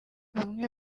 bamwe